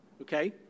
Okay